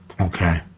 Okay